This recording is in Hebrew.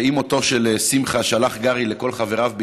ועם מותו של שמחה שלח גארי לכל חבריו בישראל,